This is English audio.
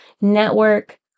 network